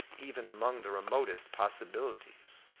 even among the remotest possibilities.